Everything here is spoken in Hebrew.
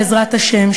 בעזרת השם,